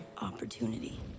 opportunity